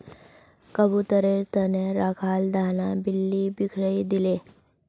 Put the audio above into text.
कबूतरेर त न रखाल दाना बिल्ली बिखरइ दिले